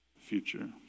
future